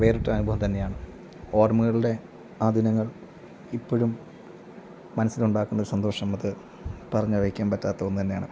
വേറിട്ട അനുഭവം തന്നെയാണ് ഓർമ്മകളുടെ ആ ദിനങ്ങൾ ഇപ്പോഴും മനസ്സിൽ ഉണ്ടാക്കുന്ന ഒരു സന്തോഷം അത് പറഞ്ഞറിയിക്കാൻ പറ്റാത്ത ഒന്ന് തന്നെയാണ്